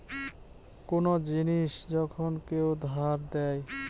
কোন জিনিস যখন কেউ ধার দেয়